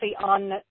on